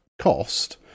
cost